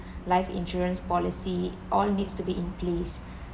life insurance policy all needs to be in place